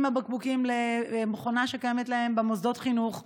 הבקבוקים למכונה שקיימת במוסדות חינוך,